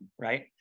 Right